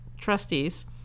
Trustees